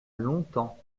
longtemps